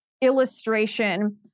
illustration